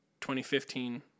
2015